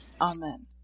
Amen